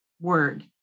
word